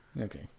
Okay